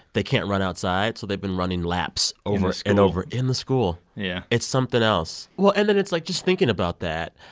they can't run outside. so they've been running laps over and over in the school yeah it's something else. well, and then it's like, just thinking about that,